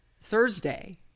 Thursday